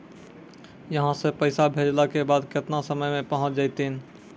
यहां सा पैसा भेजलो के बाद केतना समय मे पहुंच जैतीन?